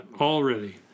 already